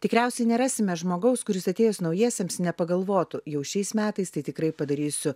tikriausiai nerasime žmogaus kuris atėjus naujiesiems nepagalvotų jau šiais metais tai tikrai padarysiu